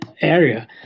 area